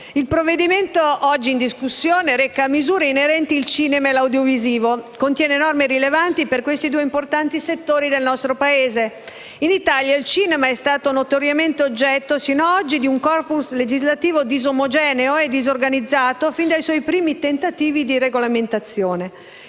il provvedimento oggi in discussione reca misure inerenti il cinema e l'audiovisivo e contiene norme rilevanti per questi due importanti settori del nostro Paese. In Italia, il cinema è stato notoriamente oggetto, sino ad oggi, di un *corpus* legislativo disomogeneo e disorganizzato fin dai suoi primi tentativi di regolamentazione.